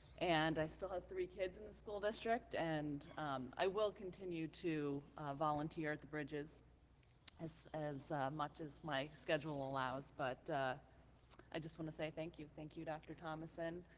and i still have three kids in the school district, and i will continue to volunteer at the bridges as as much as my schedule allows, but i just want to say thank you. thank you dr. thomason